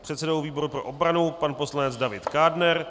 předsedou výboru pro obranu pan poslanec David Kádner,